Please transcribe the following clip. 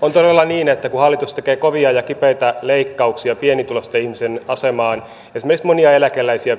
on todella niin että kun hallitus tekee kovia ja kipeitä leikkauksia pienituloisten ihmisten asemaan esimerkiksi monia